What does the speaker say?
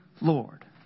Lord